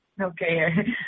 Okay